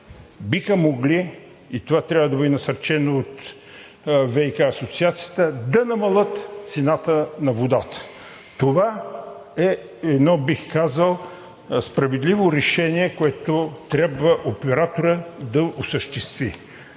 биха могли – и това трябва да бъде насърчено от ВиК асоциацията, да намалят цената на водата. Това е едно, бих казал, справедливо решение, което трябва операторът да осъществи.